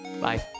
Bye